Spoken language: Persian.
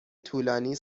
طولانی